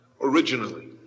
Originally